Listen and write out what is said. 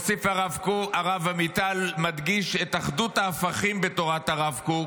הרב עמיטל מדגיש את אחדות ההפכים בתורת הרב קוק: